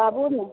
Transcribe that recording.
आबू ने